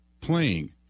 playing